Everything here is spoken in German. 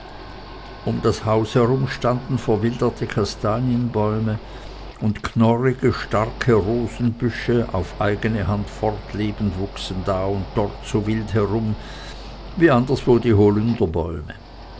um das haus herum standen verwilderte kastanienbäume und knorrige starke rosenbüsche auf eigene hand fortlebend wuchsen da und dort so wild herum wie anderswo die